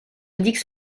indique